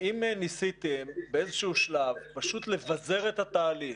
האם ניסיתם באיזשהו שלב פשוט לבזר את התהליך,